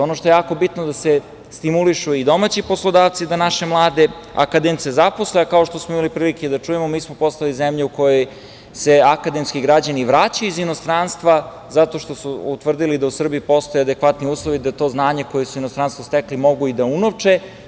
Ono što je jako bitno je da se stimulišu i domaći poslodavci da naše mlade akademce zaposle, a kao što smo imali prilike da čujemo, mi smo postali zemlja u kojoj se akademski građani vraćaju iz inostranstva, zato što su utvrdili da u Srbiji postoje adekvatni uslovi da to znanje koje su u inostranstvu stekli mogu i da unovče.